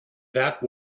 that